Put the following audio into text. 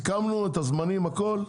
סיכמנו את הזמנים והכול?